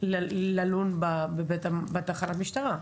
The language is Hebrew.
ללון בתחנת משטרה.